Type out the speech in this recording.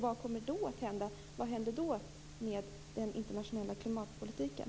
Vad kommer i så fall att hända med den internationella klimatpolitiken?